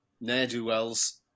ne'er-do-wells